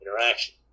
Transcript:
interaction